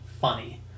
funny